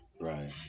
Right